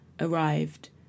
arrived